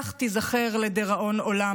כך תיזכר לדיראון עולם,